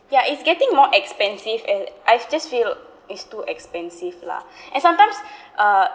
ya it's getting more expensive and I just feel it's too expensive lah and sometimes uh